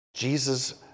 Jesus